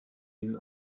till